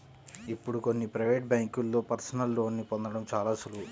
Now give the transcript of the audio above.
ఇప్పుడు కొన్ని ప్రవేటు బ్యేంకుల్లో పర్సనల్ లోన్ని పొందడం చాలా సులువు